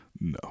No